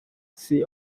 see